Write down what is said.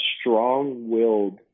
strong-willed